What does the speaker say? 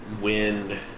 wind